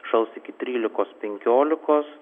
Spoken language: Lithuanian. šals iki trylikos penkiolikos